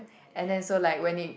and then so like when it